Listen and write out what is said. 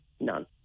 none